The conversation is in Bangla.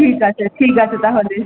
ঠিক আছে ঠিক আছে তাহলে